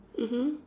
mmhmm